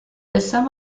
sum